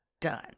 done